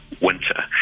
winter